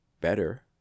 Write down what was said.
better